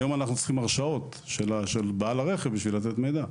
שיפתחו את ה- Data Govואנשים מסחריים יעשו את זה,